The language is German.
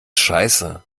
scheiße